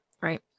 right